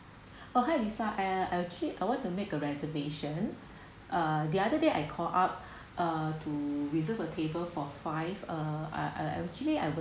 oh hi lisa I I actually I want to make a reservation ah the other day I called up uh to reserve a table for five uh I I actually I would